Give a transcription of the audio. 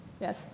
Yes